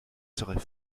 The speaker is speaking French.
serait